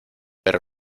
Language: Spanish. pero